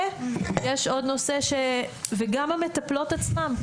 ויש עוד נושא וגם המטפלות עצמן,